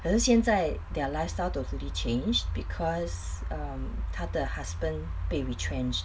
可是现在 their lifestyle totally changed because um 他的 husband 被 retrenched